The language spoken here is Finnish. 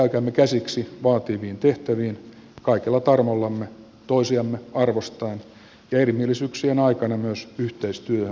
käykäämme käsiksi vaativiin tehtäviin kaikella tarmollamme toisiamme arvostaen ja erimielisyyksien aikana myös yhteistyöhön kykenevinä